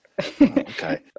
okay